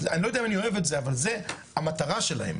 אני לא יודע אם אני אוהב את זה אבל זאת המטרה שלהם.